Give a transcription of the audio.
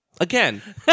Again